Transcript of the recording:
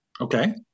Okay